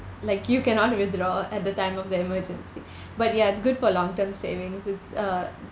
like you cannot withdraw at the time of the emergency but ya it's good for long term savings it's uh